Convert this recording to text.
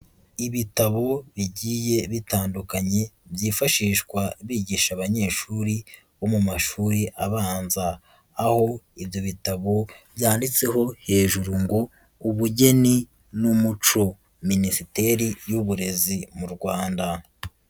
Ibitabo bigiye bitandukanye byifashishwa bigisha abanyeshuri bo mu mashuri abanza, aho ibyo bitabo byanditseho hejuru ngo ubugeni n'umuco Minisiteri y'Uburezi mu Rwanda.